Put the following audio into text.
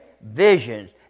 visions